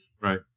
Right